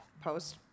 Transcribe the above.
post